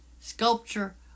sculpture